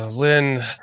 Lynn